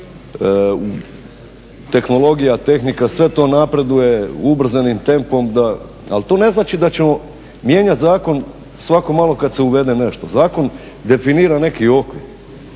tehnologija, tehnika sve to napreduje ubrzanim tempom ali to ne znači da ćemo mijenjati zakon svako malo kad se uvede nešto. Zakon definira neki okvir